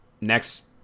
next